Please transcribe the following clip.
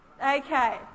Okay